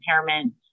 impairment